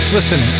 Listen